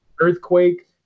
Earthquake